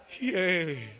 Yay